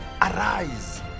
Arise